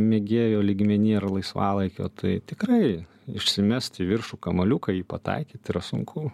mėgėjo lygmeny ar laisvalaikio tai tikrai išsimest į viršų kamuoliuką į jį pataikyt yra sunku